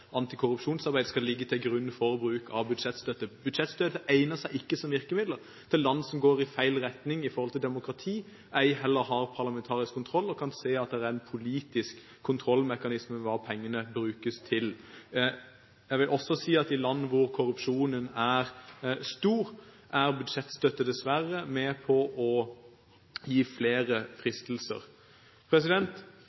antikorrupsjonsarbeid skal ligge til grunn for bruk av budsjettstøtte. Budsjettstøtte egner seg ikke som virkemiddel til land som går i feil retning med hensyn til demokrati, og som heller ikke har parlamentarisk kontroll, eller kan se at det er en politisk kontrollmekanisme med hva pengene brukes til. Jeg vil også si at i land hvor korrupsjonen er stor, er budsjettstøtte dessverre med på å gi flere